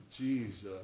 Jesus